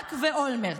ברק ואולמרט.